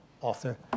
author